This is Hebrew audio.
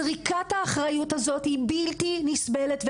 זריקת האחריות הזאת היא בלתי נסבלת,